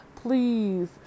Please